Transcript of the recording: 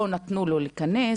לא נתנו לו להיכנס.